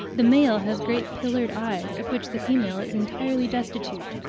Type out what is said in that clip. the male has great pillared eyes, of which the female is entirely destitute.